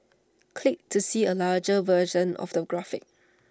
click to see A larger version of the graphic